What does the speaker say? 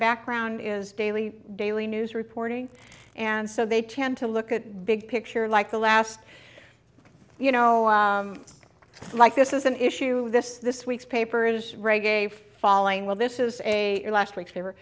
background is daily daily news reporting and so they tend to look at the big picture like the last you know it's like this is an issue this this week's papers reggae falling well this is a last week